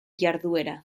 jarduera